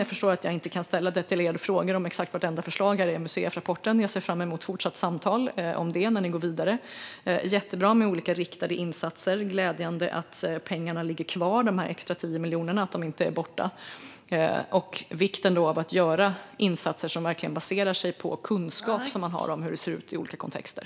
Jag förstår att jag inte kan ställa detaljerade frågor om exakt vartenda förslag i MUCF-rapporten, men jag ser fram emot ett fortsatt samtal om detta när ni går vidare. Det är jättebra med olika riktade insatser, och det är glädjande att de extra 10 miljonerna ligger kvar. Låt mig också understryka vikten av att göra insatser som baserar sig på den kunskap man har om hur det ser ut i olika kontexter.